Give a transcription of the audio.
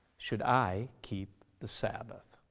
should i keep the sabbath?